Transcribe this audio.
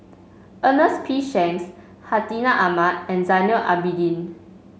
Ernest P Shanks Hartinah Ahmad and Zainal Abidin